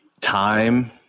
time